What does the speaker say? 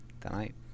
Tonight